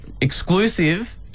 Exclusive